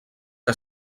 que